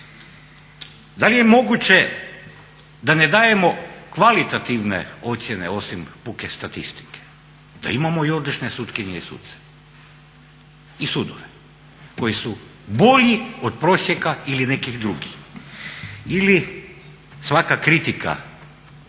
Da li je moguće da ne dajemo kvalitativne ocjene osim puke statistike, da imamo i odlične sutkinje i suce i sudove koji su bolji od prosjeka ili nekih drugih ili svaka kritika,